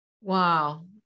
Wow